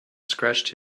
scratched